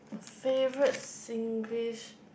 favourite Singlish